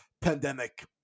pandemic